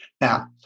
Now